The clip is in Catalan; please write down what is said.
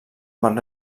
van